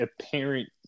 apparent